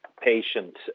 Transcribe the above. patient